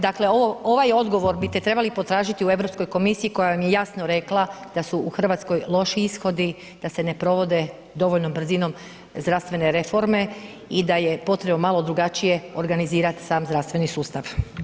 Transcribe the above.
Dakle ovaj odgovor bite trebali potražiti u Europskoj komisiji koja vam je jasno rekla da su u Hrvatskoj loši ishodi, da se ne provode dovoljnom brzinom zdravstvene reforme i da je potrebno malo drugačije organizirati sam zdravstveni sustav.